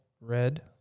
Red